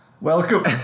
Welcome